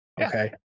Okay